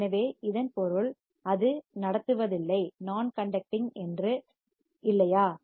எனவே இதன் பொருள் அது நடத்துவதில்லை நான் கண்டக்டிங் என்று இல்லையா